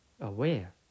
aware